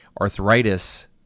Arthritis